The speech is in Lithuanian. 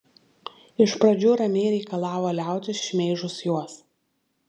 iš pradžių ramiai reikalavo liautis šmeižus juos